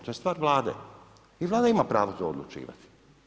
To je stvar Vlade i Vlada ima pravo to odlučivati.